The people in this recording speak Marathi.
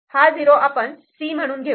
हा '0' आपण C' म्हणून घेऊ